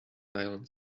nylon